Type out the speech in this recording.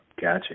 Gotcha